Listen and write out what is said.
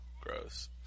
gross